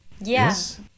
Yes